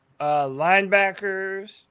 linebackers